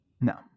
no